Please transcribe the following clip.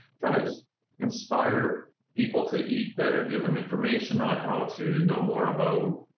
trying to just inspire people to eat better, give them information on how to know more about,